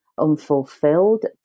unfulfilled